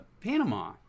Panama